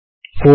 t0 అవుతుంది